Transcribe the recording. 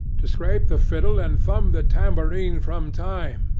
to scrape the fiddle and thumb the tambourine from time,